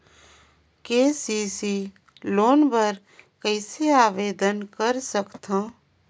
KCC loan बर कइसे आवेदन कर सकथव?